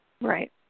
Right